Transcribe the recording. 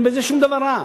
אין בזה שום דבר רע.